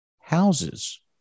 houses